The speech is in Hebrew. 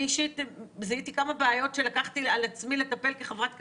אני אישית זיהיתי כמה בעיות שלקחתי על עצמי לטפל בהם כחברת כנסת,